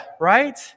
right